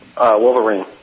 Wolverine